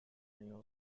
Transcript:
neo